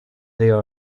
there